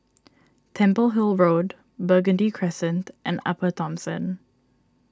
Temple Hill Road Burgundy Crescent and Upper Thomson